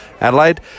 Adelaide